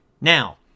Now